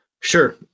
Sure